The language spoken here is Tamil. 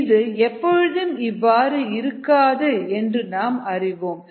இது எப்பொழுதும் இவ்வாறு இருக்காது என்று நாம் அறிவோம்